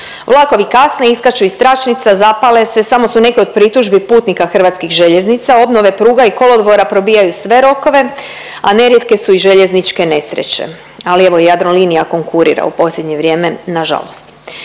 Vlakovi kasne, iskaču iz tračnica, zapale se samo su neke od pritužbi putnika hrvatskih željeznica, obnove pruga i kolodvora probijaju sve rokove, a nerijetke su i željezničke nesreće, ali evo Jadrolinija konkurira u posljednje vrijeme nažalost.